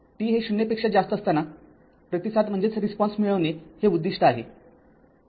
t हे ० पेक्षा जास्त असताना प्रतिसाद मिळविणे हे उद्दिष्ट आहे